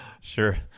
sure